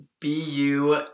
BU